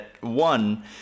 one